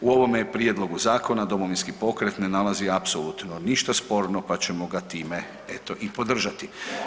U ovome je prijedlogu zakona Domovinski pokret ne nalazi apsolutno ništa sporno, pa ćemo ga time eto i podržati.